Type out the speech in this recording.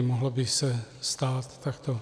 Mohlo by se stát takto.